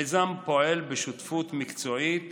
המיזם פועל בשותפות מקצועית